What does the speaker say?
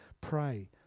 Pray